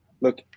look